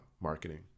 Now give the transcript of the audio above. marketing